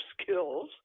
skills